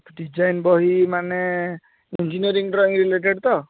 design ବହି ମାନେ engineering drawing related ତ